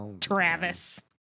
Travis